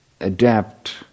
adapt